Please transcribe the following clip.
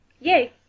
yay